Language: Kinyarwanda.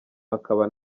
akaba